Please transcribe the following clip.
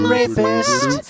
Rapist